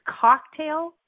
cocktail